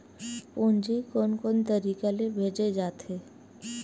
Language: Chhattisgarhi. पूंजी कोन कोन तरीका ले भेजे जाथे?